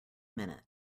minute